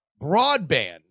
broadband